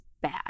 bad